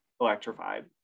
electrified